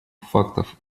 фактов